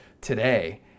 today